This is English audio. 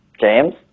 James